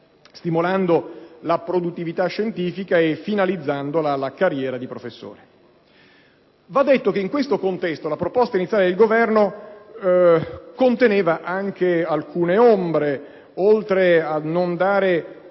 stimolando la produttività scientifica e finalizzandola alla carriera di professore. Va detto in questo contesto che la proposta iniziale del Governo conteneva anche numerose ombre, oltre a non dare,